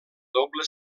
doble